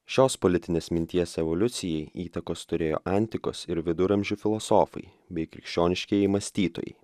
šios politinės minties evoliucijai įtakos turėjo antikos ir viduramžių filosofai bei krikščioniškieji mąstytojai